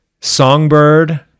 Songbird